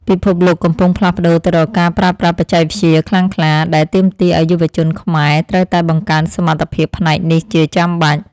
ពិភពលោកកំពុងផ្លាស់ប្តូរទៅរកការប្រើប្រាស់បច្ចេកវិទ្យាខ្លាំងក្លា ដែលទាមទារឱ្យយុវជនខ្មែរត្រូវតែបង្កើនសមត្ថភាពផ្នែកនេះជាចាំបាច់។